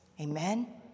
Amen